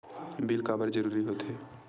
Bill काबर जरूरी होथे?